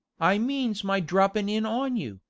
i means my droppin' in on you,